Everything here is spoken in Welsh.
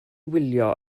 wylio